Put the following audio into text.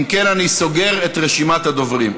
אם כן, אני סוגר את רשימת הדוברים.